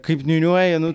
kaip niūniuoji nu